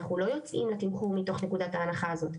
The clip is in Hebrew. אנחנו לא יוצאים לתמחור מתוך נקודת ההנחה הזאת.